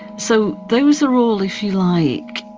so those are all, if you like,